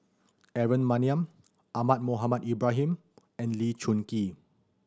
Aaron Maniam Ahmad Mohamed Ibrahim and Lee Choon Kee